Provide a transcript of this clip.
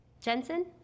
Jensen